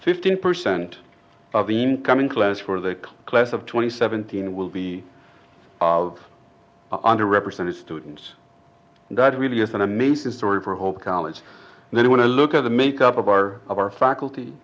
fifteen percent of the incoming class for the class of twenty seventeen will be under represented students that it really is an amazing story for a whole college and then when i look at the makeup of our of our faculty